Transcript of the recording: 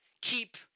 keep